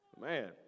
Man